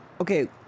Okay